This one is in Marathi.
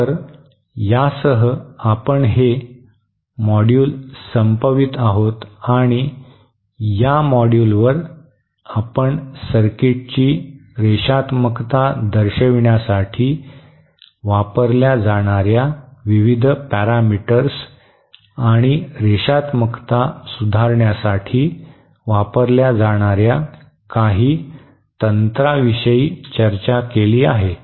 तर यासह आपण हे मॉड्यूल संपवितो आहोत आणि या मॉड्यूलवर आपण सर्किटची रेषात्मकता दर्शविण्यासाठी वापरल्या जाणार्या विविध पॅरामीटर्स आणि रेषात्मकता सुधारण्यासाठी वापरल्या जाणार्या काही तंत्राविषयी चर्चा केली आहे